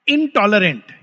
Intolerant